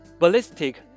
Ballistic